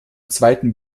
zweiten